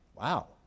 Wow